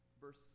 Verse